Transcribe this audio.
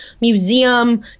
museum